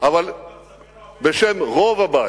אבל בשם רוב הבית.